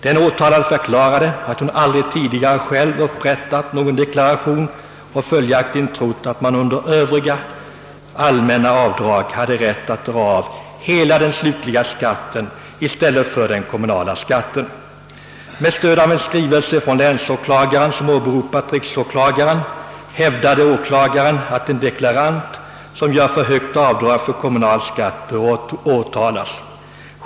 Den åtalade förklarade att hon aldrig tidigare själv upprättat någon deklaration och följaktligen hade trott att man under övriga allmänna avdrag hade rätt att dra av hela den slutliga skatten i stället för den kommunala skatten. Med stöd av en skrivelse från länsåklagaren, som åberopat riksåklagaren, hävdade åklagaren att en deklarant som gör för högt avdrag för kommunal skatt bör åtalas.